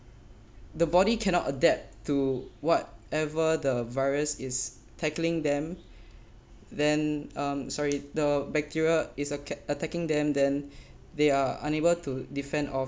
the body cannot adapt to what ever the virus is tackling them then um sorry the bacteria is a kep~ attacking them then they are unable to defend off